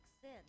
sin